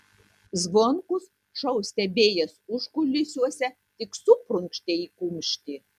zvonkus šou stebėjęs užkulisiuose tik suprunkštė į kumštį